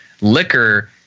liquor